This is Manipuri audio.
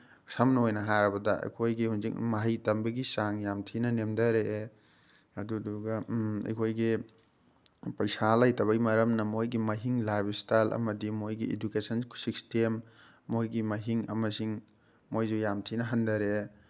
ꯁꯝꯅ ꯑꯣꯏꯅ ꯍꯥꯏꯔꯕꯗ ꯑꯩꯈꯣꯏꯒꯤ ꯍꯧꯖꯤꯛ ꯃꯍꯩ ꯇꯝꯕꯒꯤ ꯆꯥꯡ ꯌꯥꯝ ꯊꯤꯅ ꯅꯦꯝꯗꯔꯛꯑꯦ ꯑꯗꯨꯗꯨꯒ ꯑꯩꯈꯣꯏꯒꯤ ꯄꯩꯁꯥ ꯂꯩꯇꯕꯒꯤ ꯃꯔꯝꯅ ꯃꯣꯏꯒꯤ ꯃꯍꯤꯡ ꯂꯥꯏꯞ ꯏꯁꯇꯥꯏꯜ ꯑꯃꯗꯤ ꯃꯣꯏꯒꯤ ꯏꯗꯨꯀꯦꯁꯟ ꯁꯤꯁꯇꯦꯝ ꯃꯣꯏꯒꯤ ꯃꯍꯤꯡ ꯑꯃꯁꯤꯡ ꯃꯣꯏꯁꯤ ꯌꯥꯝ ꯊꯤꯅ ꯍꯟꯊꯔꯦ